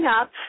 up